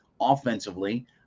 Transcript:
offensively